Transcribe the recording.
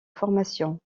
formation